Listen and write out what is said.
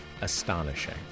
astonishing